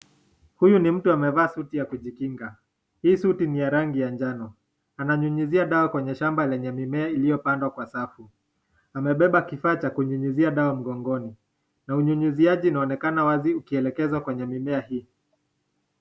Huyu ni mtu amevaa suti ya kujikinga. Hii suti ni ya rangi ya njano. Ananyunyizia dawa kwenye shamba lenye mimea iliyopandwa kwa safu. Amebeba kifaa cha kunyunyizia dawa mgongoni. Na unyunyiziaji unaonekana wazi ukielekezwa kwenye mimea hii.